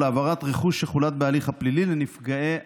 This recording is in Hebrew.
העברת רכוש שחולט בהליך הפלילי לנפגעי העבירה,